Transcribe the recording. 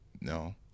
No